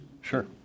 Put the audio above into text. Sure